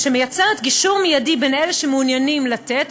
שמייצרת גישור מיידי בין אלה שמעוניינים לתת,